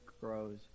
grows